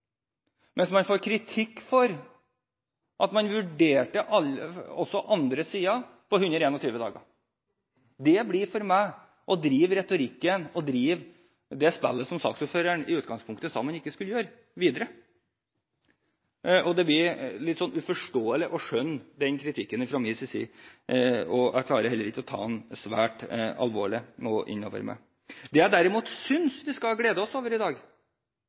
får man kritikk for at man også vurderte andre sider på 121 dager. Det blir for meg å drive retorikken og det spillet som saksordføreren i utgangspunktet sa man ikke skulle gjøre, videre. Og det blir for meg litt uforståelig å skjønne den kritikken, og jeg klarer heller ikke å ta den alvorlig inn over meg. Det jeg derimot synes vi skal glede oss over i dag,